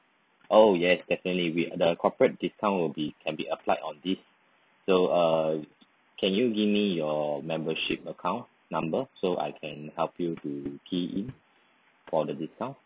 oh yes definitely with the corporate discount will be can be applied on this so uh can you give me your membership account number so I can help you to key in for the data